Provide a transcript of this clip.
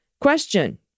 Question